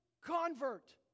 convert